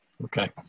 Okay